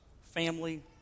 family